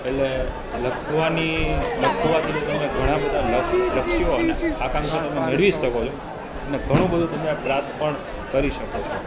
એટલે લખવાની લખવાથી જો તમે ઘણાં બધા લક્ષ્યો અને આકાંક્ષા તમે મેળવી જ શકો છો અને ઘણું બધુ તમે પ્રાપ્ત પણ કરી શકો છો